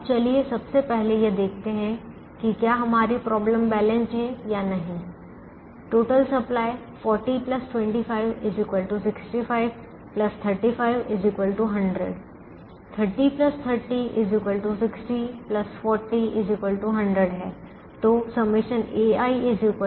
अब चलिए सबसे पहले यह देखते हैं कि क्या हमारी समस्या संतुलित है या नहीं टोटल सप्लाई 40 25 65 35 100 30 30 60 40 100 है तो ∑ ai ∑ bj